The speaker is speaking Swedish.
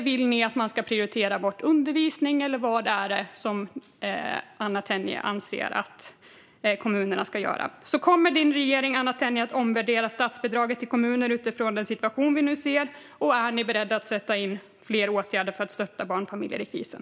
Vill ni att man ska låta bli att prioritera undervisning, eller vad är det som Anna Tenje anser att kommunerna ska göra? Kommer din regering, Anna Tenje, att omvärdera statsbidraget till kommuner utifrån den situation vi nu ser? Och är ni beredda att sätta in fler åtgärder för att stötta barnfamiljer i krisen?